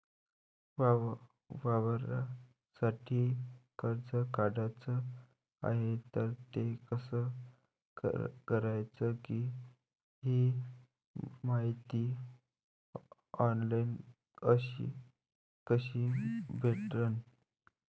वावरासाठी कर्ज काढाचं हाय तर ते कस कराच ही मायती ऑनलाईन कसी भेटन?